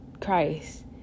Christ